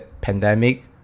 pandemic